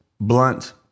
blunt